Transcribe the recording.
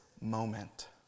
moment